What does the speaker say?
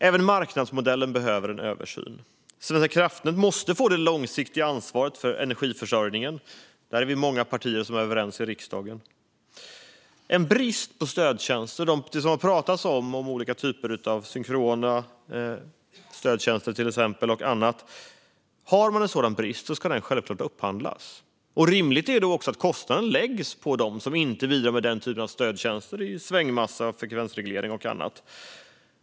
Även marknadsmodellen behöver en översyn. Svenska kraftnät måste få det långsiktiga ansvaret för energiförsörjningen. Där är vi många partier i riksdagen som är överens. Har man en brist på stödtjänster - här har pratats om olika typer av synkrona stödtjänster och annat - ska de självklart upphandlas. Rimligt är då att kostnaden läggs på dem som inte bidrar med den typen av stödtjänster i svängmassa, frekvensreglering och annat.